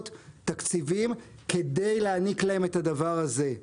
תקציבים כדי להעניק להם את הדבר הזה.